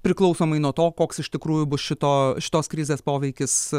priklausomai nuo to koks iš tikrųjų bus šito šitos krizės poveikis